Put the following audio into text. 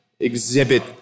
Exhibit